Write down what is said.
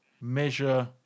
measure